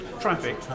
traffic